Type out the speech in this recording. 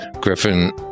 Griffin